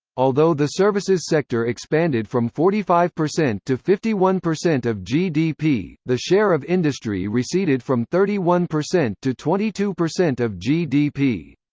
although the services sector expanded from forty five percent to fifty one percent of gdp, the share of industry receded from thirty one percent to twenty two percent of gdp.